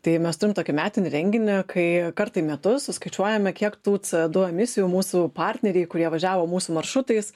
tai mes turim tokį metinį renginį kai kartą į metus suskaičiuojame kiek tų co du emisijų mūsų partneriai kurie važiavo mūsų maršrutais